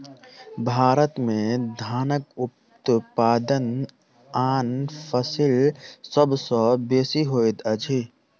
भारत में धानक उत्पादन आन फसिल सभ सॅ बेसी होइत अछि